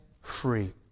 free